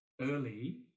early